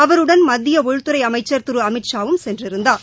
அவருடன் மத்திய உள்துறை அமைச்சர் தி அமித்ஷா வும் சென்றிருந்தார்